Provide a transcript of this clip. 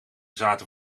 zaten